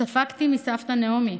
ספגתי מסבתא נעמי.